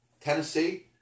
Tennessee